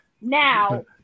now